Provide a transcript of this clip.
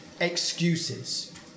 excuses